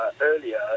earlier